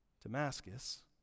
Damascus